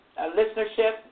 listenership